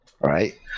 right